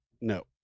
No